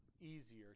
easier